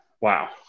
Wow